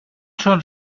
schon